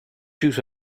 juice